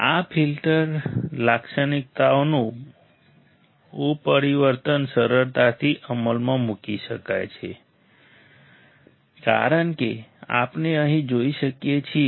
આ ફિલ્ટર લાક્ષણિકતાઓનું પરિવર્તન સરળતાથી અમલમાં મૂકી શકાય છે કારણ કે આપણે અહીં જોઈ શકીએ છીએ